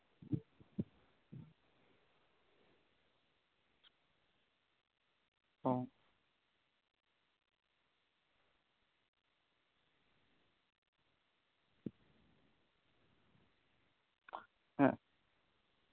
ᱚ ᱦᱮᱸ